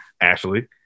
Ashley